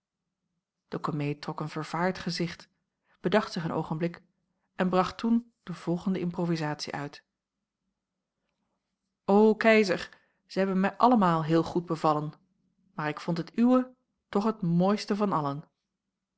de komeet trok een vervaard gezicht bedacht zich een oogenblik en bracht toen de volgende improvizatie uit o keizer zij hebben mij allemaal heel goed bevallen maar ik vond het uwe toch het mooiste van allen